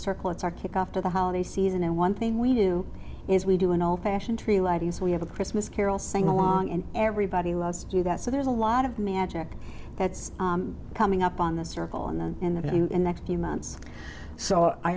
circle it's our kickoff to the holiday season and one thing we do is we do an old fashioned tree lighting as we have a christmas carol sing along and everybody loves to do that so there's a lot of magic that's coming up on the circle and then in the next few months so i